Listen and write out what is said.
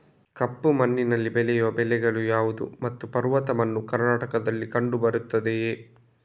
ಕಪ್ಪು ಮಣ್ಣಿನಲ್ಲಿ ಬೆಳೆಯುವ ಬೆಳೆಗಳು ಯಾವುದು ಮತ್ತು ಪರ್ವತ ಮಣ್ಣು ಕರ್ನಾಟಕದಲ್ಲಿ ಕಂಡುಬರುತ್ತದೆಯೇ?